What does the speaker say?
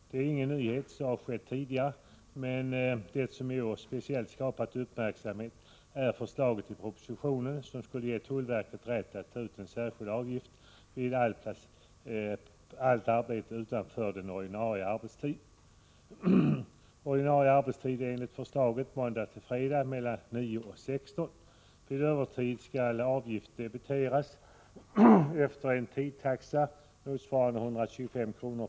Detta är ingen nyhet — så har skett tidigare — men det som i år speciellt skapat uppmärksamhet är förslaget i propositionen att ge tullverket rätt att ta ut en särskild avgift vid allt arbete utanför ordinarie arbetstid. Ordinarie arbetstid är enligt förslaget måndag-fredag kl. 7.00-16.00. Vid övertid skall avgift debiteras efter en tidtaxa, motsvarande 125 kr.